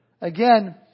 Again